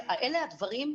אז אלה הדברים,